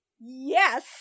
Yes